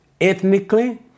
ethnically